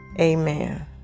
Amen